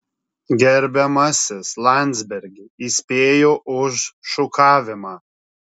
gerbiamasis landsbergi įspėju už šūkavimą